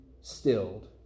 stilled